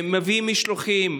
מביאים משלוחים.